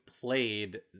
played